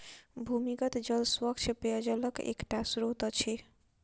भूमिगत जल स्वच्छ पेयजलक एकटा स्त्रोत अछि